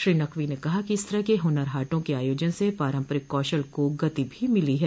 श्री नकवी न कहा कि इस तरह के हुनर हाटों के आयोजन से पारंपरिक कौशल को गति भी मिली है